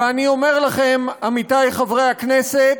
ואני אומר לכם, עמיתי חברי הכנסת,